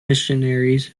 missionaries